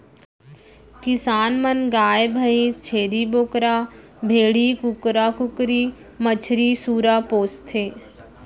किसान मन गाय भईंस, छेरी बोकरा, भेड़ी, कुकरा कुकरी, मछरी, सूरा पोसथें